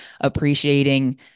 appreciating